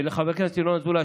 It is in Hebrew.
חבר כנסת ינון אזולאי,